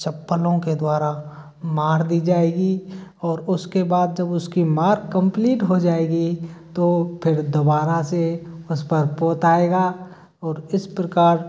चप्पलों के द्वारा मार दी जाएगी और उसके बाद जब उसकी मार कम्प्लीट हो जाएगी तो फिर दोबारा से उस पर पोत आएगा और इस प्रकार